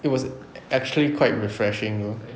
it was actually quite refreshing you know